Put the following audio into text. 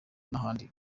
n’ahandi